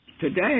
today